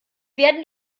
werden